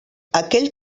aquell